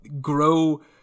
grow